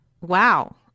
Wow